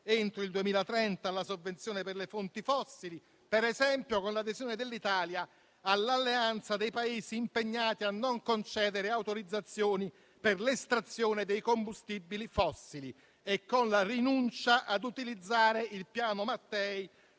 entro il 2030 alla sovvenzione per le fonti fossili, per esempio con l'adesione dell'Italia all'alleanza dei Paesi impegnati a non concedere autorizzazioni per l'estrazione dei combustibili fossili e con la rinuncia ad utilizzare il Piano Mattei